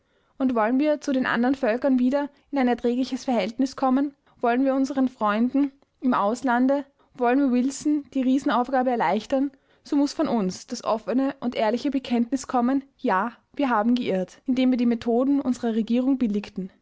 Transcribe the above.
und wollen wir zu den andern völkern wieder in ein erträgliches verhältnis kommen wollen wir unsern freunden im auslande wollen wir wilson die riesenaufgabe erleichtern so muß von uns das offene und ehrliche bekenntnis kommen ja wir haben geirrt indem wir die methoden unserer regierung billigten